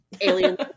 Alien